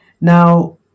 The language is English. Now